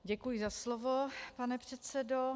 Děkuji za slovo, pane předsedo.